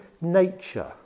nature